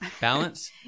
Balance